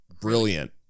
brilliant